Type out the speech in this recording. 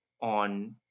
on